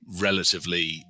relatively